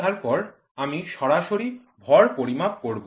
তারপর আমি সরাসরি ভর পরিমাপ করব